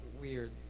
weird